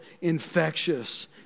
infectious